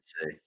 say